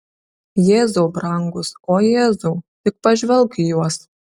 jėzau brangus o jėzau tik pažvelk į juos